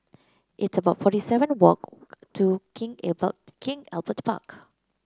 it's about forty seven walk to King Albert King Albert Park